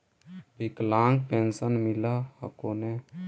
विकलांग पेन्शन मिल हको ने?